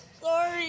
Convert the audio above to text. Sorry